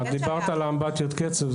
דיברת על אמבטיות קצף.